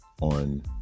on